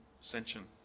ascension